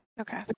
Okay